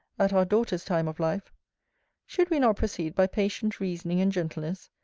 at our daughter' time of life should we not proceed by patient reasoning and gentleness,